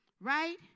right